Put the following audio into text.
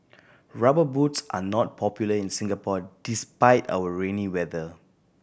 Rubber Boots are not popular in Singapore despite our rainy weather